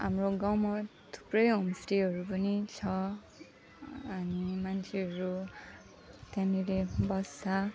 हाम्रो गाउँमा थुप्रै होमस्टेहरू पनि छ अनि मान्छेहरू त्यहाँनेरि बस्छ